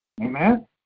Amen